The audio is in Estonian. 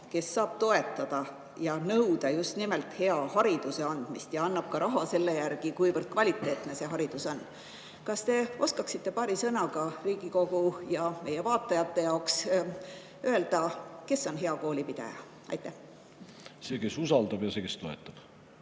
kes saab toetada ja nõuda just nimelt hea hariduse andmist ja eraldab ka raha selle järgi, kui kvaliteetne see haridus on. Kas te oskaksite paari sõnaga Riigikogu ja meie vaatajate jaoks öelda, kes on hea koolipidaja? See, kes usaldab, see, kes toetab.